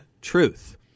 truth